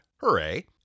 hooray